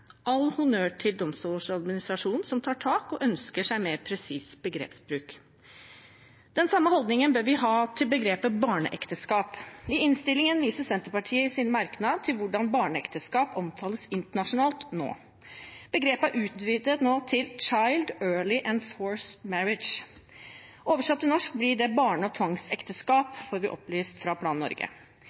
All honnør til Domstoladministrasjonen som tar tak og ønsker seg en mer presis begrepsbruk. Den samme holdningen bør vi ha til begrepet «barneekteskap». I innstillingen viser Senterpartiet i sin merknad til hvordan barneekteskap nå omtales internasjonalt. Begrepet er nå utvidet til «Child, Early and Forced Marriage». Oversatt til norsk blir det barne- og tvangsekteskap, får vi opplyst fra Plan Norge.